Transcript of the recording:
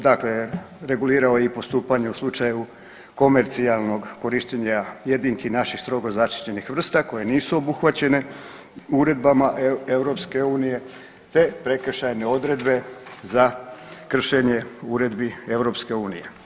Dakle, regulirao je i postupanje u slučaju komercijalnog korištenja jedinki naših strogo zaštićenih vrsta koje nisu obuhvaćene uredbama EU, te prekršajne odredbe za kršenje uredbi EU.